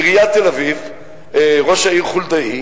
עיריית תל-אביב, ראש העיר חולדאי